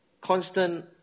constant